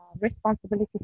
responsibility